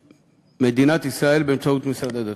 מדינת ישראל באמצעות משרד הדתות.